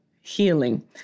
healing